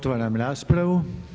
Otvaram raspravu.